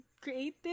creative